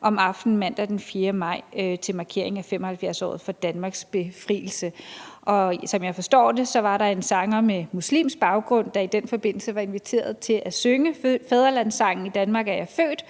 om aftenen mandag den 4. maj til markering af 75-året for Danmarks befrielse. Og som jeg forstår det, var der en sanger med muslimsk baggrund, der i den forbindelse var inviteret til at synge fædrelandssangen »I Danmark er jeg født«,